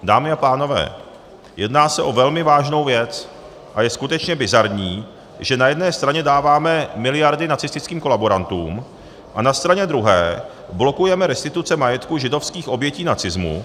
Dámy a pánové, jedná se o velmi vážnou věc a je skutečně bizarní, že na jedné straně dáváme miliardy nacistickým kolaborantům a na straně druhé blokujeme restituce majetku židovských obětí nacismu.